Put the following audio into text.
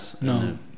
no